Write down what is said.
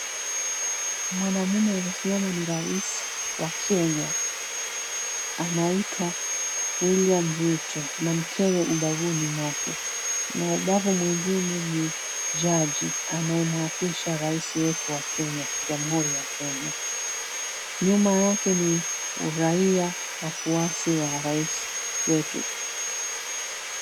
Mwanaume aliyesimama ni rais wa Kenya anaitwa William Ruto na mkewe ubavuni mwake, kwenye ubavu mwengine ni jaji anayemwapisha rais wetu wa Kenya, Jamhuri ya Kenya, nyuma yake ni raia wafuasi wa rais wetu.